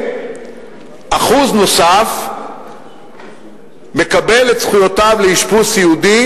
ואחוז נוסף מקבל את זכויותיו לאשפוז סיעודי